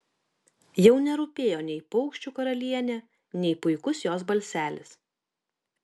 jau nerūpėjo nei paukščių karalienė nei puikus jos balselis